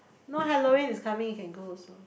now Halloween is coming you can go also